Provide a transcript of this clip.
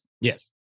Yes